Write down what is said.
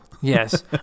Yes